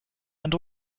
and